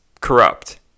corrupt